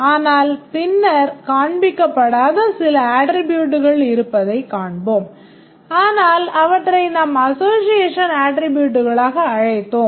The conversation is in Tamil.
ஆனால் பின்னர் காண்பிக்கப்படாத சில அட்ட்ரிபூட்கள் இருப்பதைக் காண்போம் ஆனால் அவற்றை நாம் association அட்ட்ரிபூட்களாக அழைத்தோம்